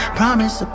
promise